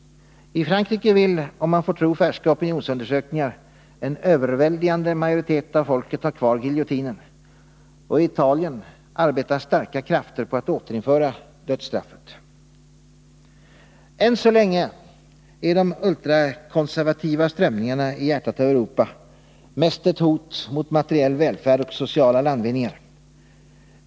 I Frankrike vill — om man får tro färska opinionsundersökningar — en överväldigande majoritet av folket ha kvar giljotinen, och i Italien arbetar starka krafter för att återinföra dödsstraffet. Än så länge är de ultrakonservativa strömningarna i hjärtat av Europa mest ett hot mot materiell välfärd och sociala landvinningar.